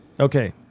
Okay